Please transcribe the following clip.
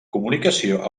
comunicació